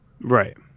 Right